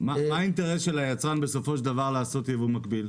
מה האינטרס של היצרן בסופו של דבר לעשות ייבוא מקביל?